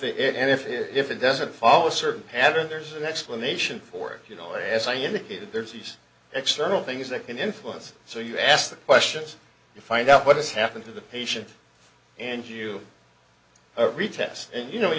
it and if it doesn't follow a certain pattern there's an explanation for it you know as i indicated there's these external things that can influence so you ask questions to find out what has happened to the patient and you retest and you know you